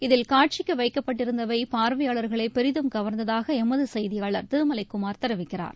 இதில் காட்சிக்கு வைக்கப்பட்டிருந்தவை பார்வையாளர்களை பெரிதும் கவர்ந்ததாக எமது செய்தியாளர் திருமலைக்குமார் தெரிவிக்கிறார்